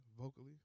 vocally